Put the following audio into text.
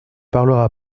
parlera